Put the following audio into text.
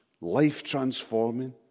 life-transforming